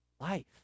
life